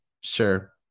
Sure